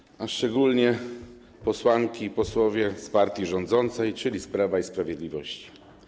Wysoka Izbo, a szczególnie posłanki i posłowie z partii rządzącej, czyli Prawa i Sprawiedliwości!